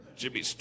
Jimmy